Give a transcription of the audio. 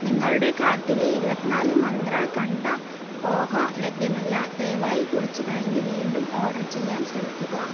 നിങ്ങളുടെ കാർട്ടിലെ ഇരുപത്തിനാല് മന്ത്ര കണ്ട പോഹ ലഭ്യമല്ല ദയവായി കുറച്ചു കഴിഞ്ഞു വീണ്ടും ഓർഡർ ചെയ്യാൻ ശ്രമിക്കുക